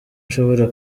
nshobora